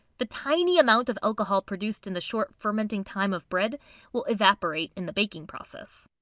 the tiny amount of alcohol produced in the short fermenting time of bread will evaporate in the baking process.